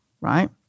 right